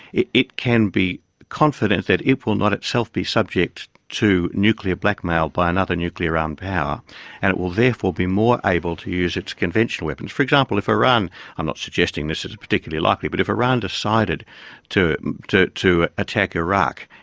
it it can be confident that it will not itself be subject to nuclear blackmail by another nuclear-armed power and it will therefore be more able to use its conventional weapons. for example, if iran i'm not suggesting this is particularly likely but if iran decided to to attack iraq,